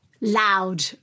loud